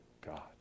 God